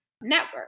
network